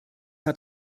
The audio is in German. hat